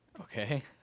Okay